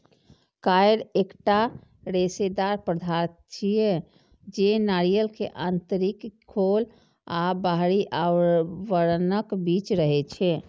coir एकटा रेशेदार पदार्थ छियै, जे नारियल के आंतरिक खोल आ बाहरी आवरणक बीच रहै छै